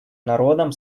народам